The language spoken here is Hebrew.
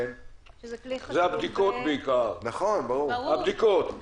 אלו בעיקר הבדיקות.